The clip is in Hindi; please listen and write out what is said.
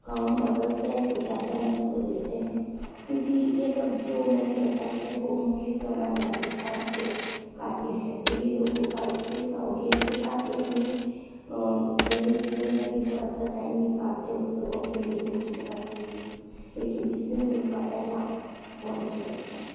काम व्यवसाय को ज़्यादा महत्व देते हैं क्योंकि ये सब जो मैंने बताए थे वह मुख्य तो हमारे राजस्थान के कार्य है तो यह लोगों का एक पेशा हो गया इनके साथ ही अपने दैनिक जीवन में भी थोड़ा सा टाइम निकालते हैं उत्सवों के लिए रोजमर्रा के लिए लेकिन बिजनेस इनका पहला पॉइंट रहता है